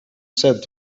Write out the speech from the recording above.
said